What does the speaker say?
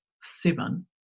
seven